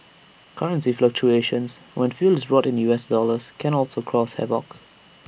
currency fluctuations when fuel is bought in U S dollars can also cause havoc